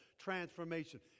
transformation